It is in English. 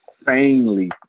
insanely